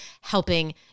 helping